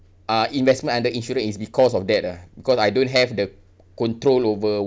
uh investment under insurance is because of that lah because I don't have the control over